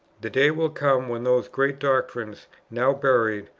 the day will come, when those great doctrines, now buried,